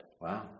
Wow